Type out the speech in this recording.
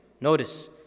Notice